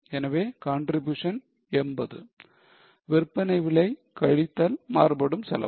எனவே contribution 80 விற்பனை விலை கழித்தல் மாறுபடும் செலவு